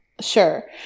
sure